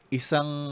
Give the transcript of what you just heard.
isang